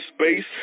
space